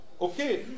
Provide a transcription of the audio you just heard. Okay